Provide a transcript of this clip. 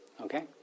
Okay